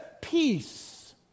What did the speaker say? Peace